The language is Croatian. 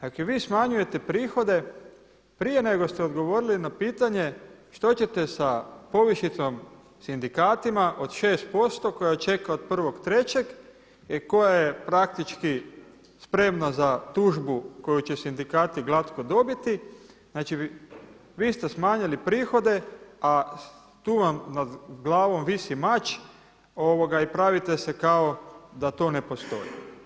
Dakle, vi smanjujete prihode prije nego ste odgovorili na pitanje, što ćete sa povišicom sindikatima od 6% koje čeka od 1.3. i koja je praktički spremna za tužbu koju će sindikati glatko dobiti, znači vi ste smanjili prihode, a tu vam nad glavom visi mač i pravite se kao da to ne postoji.